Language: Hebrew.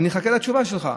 אני אחכה לתשובה שלך,